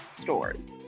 stores